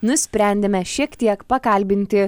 nusprendėme šiek tiek pakalbinti